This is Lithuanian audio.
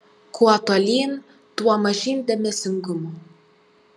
kuo tolyn tuo mažyn dėmesingumo